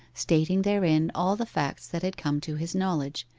stating therein all the facts that had come to his knowledge,